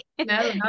No